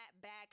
back